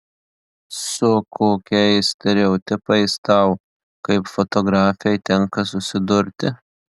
su kokiais stereotipais tau kaip fotografei tenka susidurti